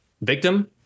victim